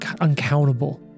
uncountable